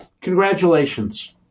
congratulations